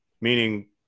meaning